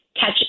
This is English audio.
catch